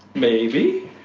maybe.